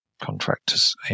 contractors